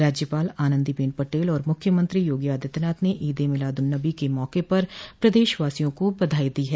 राज्यपाल आनंदीबेन पटेल और मुख्यमंत्री योगी आदित्यनाथ ने ईद ए मीलाद उन नबी के मौके पर प्रदेश वासियों को बधाई दी है